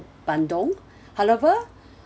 bandung however